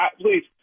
please